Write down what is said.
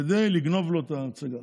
כדי לגנוב לו את ההצגה.